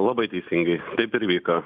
labai teisingai taip ir vyko